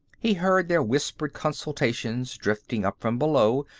he heard their whispered consultations drifting up from below,